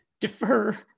defer